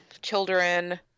children